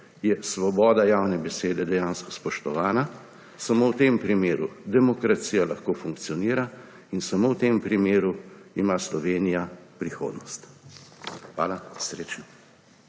je svoboda javne besede dejansko spoštovana. Samo v tem primeru demokracija lahko funkcionira. In samo v tem primeru ima Slovenija prihodnost. Hvala. Srečno!